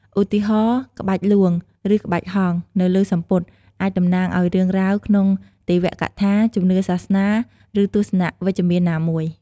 ឧទាហរណ៍ ក្បាច់លួង ឬក្បាច់ហង្សនៅលើសំពត់ អាចតំណាងឱ្យរឿងរ៉ាវក្នុងទេវកថា ជំនឿសាសនា ឬទស្សនៈវិជ្ជមានណាមួយ ។